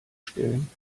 stellen